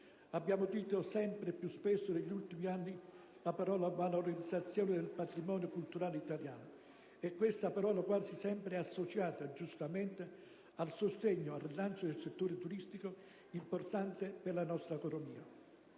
Abbiamo udito sempre più spesso negli ultimi anni la parola «valorizzazione» del patrimonio culturale italiano. E questa parola quasi sempre è associata, giustamente, al sostegno e al rilancio del settore turistico, importante per la nostra economia.